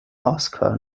oscar